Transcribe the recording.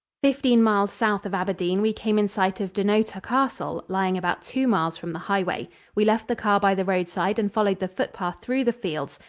fifteen miles south of aberdeen we came in sight of dunnottar castle, lying about two miles from the highway. we left the car by the roadside and followed the footpath through the fields.